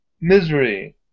misery